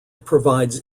provides